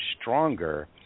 stronger